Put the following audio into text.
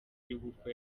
y’ubukwe